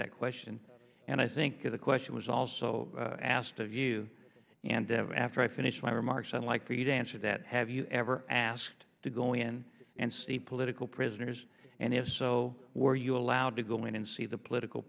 that question and i think the question was also asked of you and after i finish my remarks i'm like for you to answer that have you ever asked to go in and see political prisoners and if so were you allowed to go in and see the political